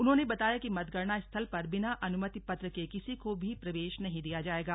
उन्होंने बताया कि मतगणना स्थल पर बिना अनुमति पत्र के किसी को भी प्रवेश नहीं दिया जाएगा